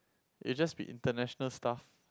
it just be international stuff